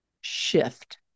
shift